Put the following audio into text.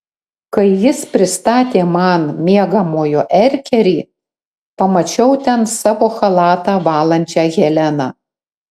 kai jis pristatė man miegamojo erkerį pamačiau ten savo chalatą valančią heleną